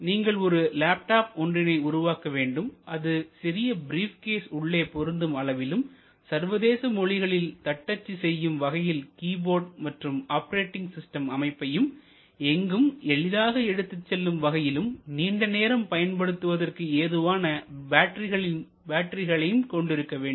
நீங்கள் ஒரு லேப்டாப் ஒன்றினை உருவாக்க வேண்டும் அது சிறிய பிரீப்கேஸ் உள்ளே பொருந்தும் அளவிலும்சர்வதேச மொழிகளில் தட்டச்சு செய்யும் வகையில் கீபோர்டு மற்றும் ஆப்ரேட்டிங் சிஸ்டம் அமைப்பையும் எங்கும் எளிதாக எடுத்துச் செல்லும் வகையிலும் நீண்ட நேரம் பயன்படுத்துவதற்கு ஏதுவான பேட்டரிகள் கொண்டிருக்க வேண்டும்